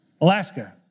Alaska